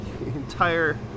entire